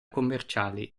commerciali